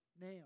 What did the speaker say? now